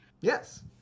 Yes